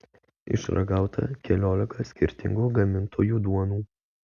išragauta keliolika skirtingų gamintojų duonų